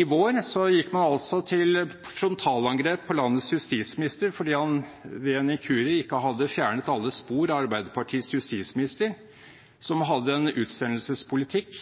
I vår gikk man til frontalangrep på landets justisminister fordi han ved en inkurie ikke hadde fjernet alle spor etter Arbeiderpartiets justisminister, som hadde en utsendelsespolitikk